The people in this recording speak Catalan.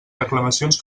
reclamacions